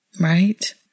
Right